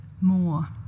more